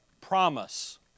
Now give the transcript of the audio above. Promise